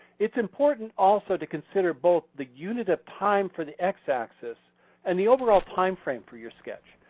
it's important also to consider both the unit of time for the x-axis and the overall time frame for your sketch.